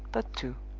but two.